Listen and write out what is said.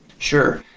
sure.